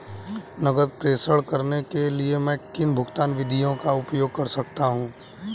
नकद प्रेषण करने के लिए मैं किन भुगतान विधियों का उपयोग कर सकता हूँ?